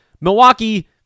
Milwaukee